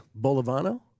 Bolivano